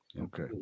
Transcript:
okay